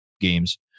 games